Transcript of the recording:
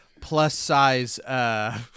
plus-size